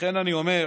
לכן אני אומר,